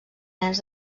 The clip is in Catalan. nens